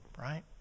Right